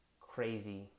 crazy